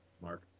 Mark